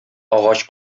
агач